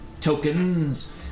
tokens